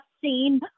seen